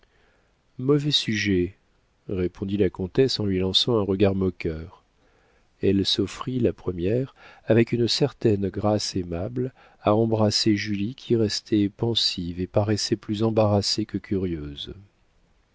mauvais sujet répondit la comtesse en lui lançant un regard moqueur elle s'offrit la première avec une certaine grâce aimable à embrasser julie qui restait pensive et paraissait plus embarrassée que curieuse